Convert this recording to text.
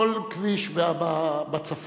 כל כביש בצפון,